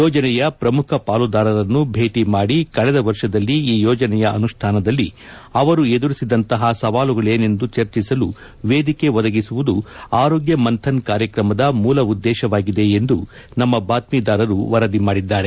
ಯೋಜನೆಯ ಪ್ರಮುಖ ಪಾಲುದಾರರನ್ನು ಭೇಟಿ ಮಾಡಿ ಕಳೆದ ವರ್ಷದಲ್ಲಿ ಈ ಯೋಜನೆಯ ಅನುಷ್ಠಾನದಲ್ಲಿ ಅವರು ಎದುರಿಸಿದಂತಹ ಸವಾಲುಗಳೇನೆಂದು ಚರ್ಚೆಸಲು ವೇದಿಕೆ ಒದಗಿಸುವುದು ಆರೋಗ್ಯ ಮಂಥನ್ ಕಾರ್ಯಕ್ರಮದ ಮೂಲ ಉದ್ದೇಶವಾಗಿದೆ ಎಂದು ನಮ್ಮ ಬಾತ್ಮೀದಾರರು ವರದಿ ಮಾಡಿದ್ದಾರೆ